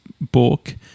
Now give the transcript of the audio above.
book